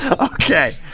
Okay